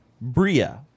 Bria